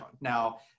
Now